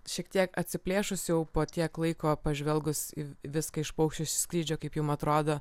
šiek tiek atsiplėšus jau po tiek laiko pažvelgus į į viską iš paukščio skrydžio kaip jum atrodo